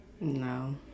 No